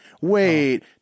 Wait